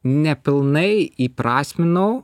nepilnai įprasminau